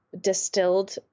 distilled